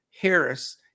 Harris